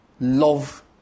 love